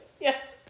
Yes